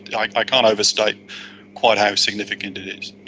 like i can't overstate quite how significant it is.